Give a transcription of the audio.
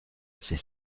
c’est